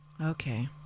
Okay